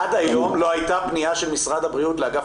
עד היום לא הייתה פניה של משרד הבריאות לאגף